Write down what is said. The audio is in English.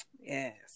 Yes